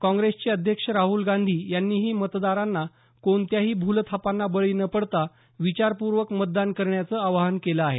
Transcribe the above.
काँग्रेसचे अध्यक्ष राहल गांधी यांनीही मतदारांना कोणत्याही भूलथापांना बळी न पडता विचारपूर्वक मतदान करण्याचं आवाहन केलं आहे